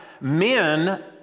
men